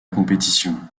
compétition